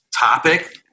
topic